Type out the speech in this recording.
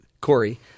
Corey